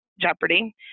Jeopardy